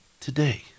today